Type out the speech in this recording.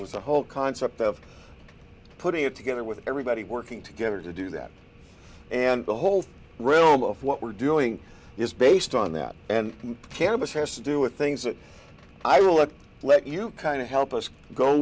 was the whole concept of putting it together with everybody working together to do that and the whole realm of what we're doing is based on that and cannabis has to do with things that i really let you kind of help us go